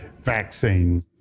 vaccine